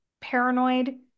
paranoid